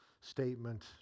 statement